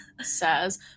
says